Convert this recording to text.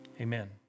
amen